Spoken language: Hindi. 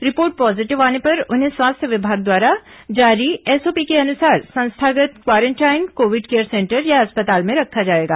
रिपोर्ट पॉजीटिव आने पर उन्हें स्वास्थ्य विभाग द्वारा जारी एसओपी के अनुसार संस्थागत् क्वारेंटाइन कोविड केयर सेंटर या अस्पताल में रखा जाएगा